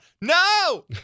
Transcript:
No